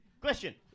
Question